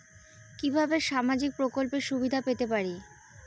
কিভাবে সামাজিক প্রকল্পের সুবিধা পেতে পারি?